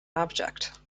object